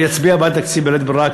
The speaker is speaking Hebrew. אני אצביע בעד התקציב בלית ברירה,